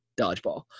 Dodgeball